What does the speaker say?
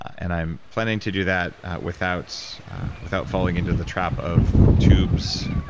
and i'm planning to do that without without falling into the trap of tubes,